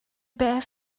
bare